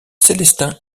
célestin